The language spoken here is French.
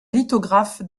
lithographe